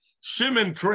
Shimon